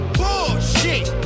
bullshit